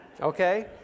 Okay